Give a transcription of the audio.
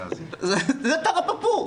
זה משנת תרפפ"ו.